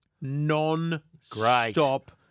non-stop